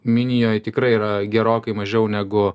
minijoj tikrai yra gerokai mažiau negu